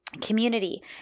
Community